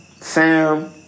Sam